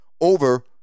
over